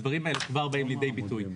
הדברים האלה כבר באים לידי ביטוי.